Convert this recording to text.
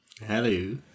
Hello